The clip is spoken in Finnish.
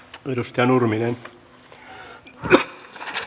minusta jo tehty